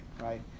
right